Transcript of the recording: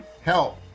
help